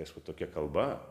aišku tokia kalba